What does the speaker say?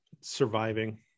Surviving